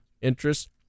interest